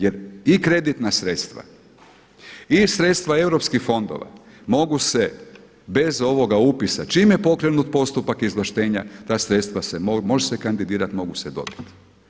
Jer i kreditna sredstva i sredstva EU fondova mogu se bez ovoga upisa čim je pokrenut postupak izvlaštenja ta sredstva se, može se kandidirati, mogu se dobiti.